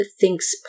Thinks